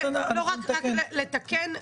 את ב' נתקן.